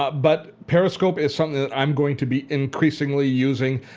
but periscope is something that i'm going to be increasingly using.